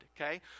Okay